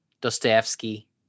Dostoevsky